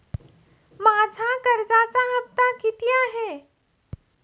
माझा कर्जाचा हफ्ता किती आहे?